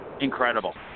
incredible